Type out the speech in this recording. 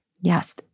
Yes